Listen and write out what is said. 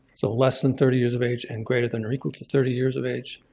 so less than thirty years of age and greater than or equal to thirty years of age.